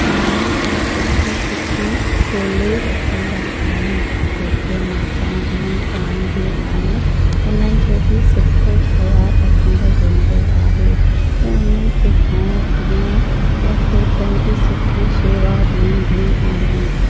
माण्हुनि खां पुछी पुछी ॻोल्हे वठंदा आहियूं जेके माताऊं ॾींहंनि सां हूंदियूं आहिनि हुनजो बि सुठो ख़्यालु रखंदो वेंदो आहे ऐं उन्हनि खे खाइण पीअण ऐं फ्रूटनि जी सुठी सेवा ॾींदियूं आहिनि